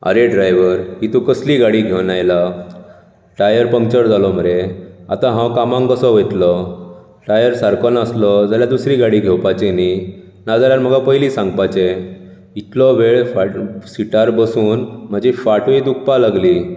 आरे ड्रायवर ही तूं कसली गाडी घेवन आयला टायर पंगचर जालो मरे आता हांव कामाक कसो वयतलो टायर सारको नासलो जाल्यार दुसरी गाडी घेवपाची न्ही ना जाल्यार म्हाका पयली सांगपाचे इतलो वेळ फाट सिटार बसुन म्हजी फाटुय दुखपाक लागली